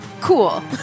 Cool